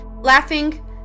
laughing